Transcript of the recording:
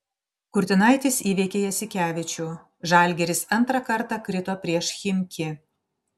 kurtinaitis įveikė jasikevičių žalgiris antrą kartą krito prieš chimki